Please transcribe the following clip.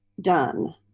done